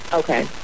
okay